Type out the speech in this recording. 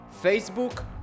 Facebook